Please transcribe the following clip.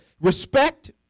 respect